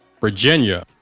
Virginia